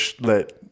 let